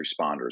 responders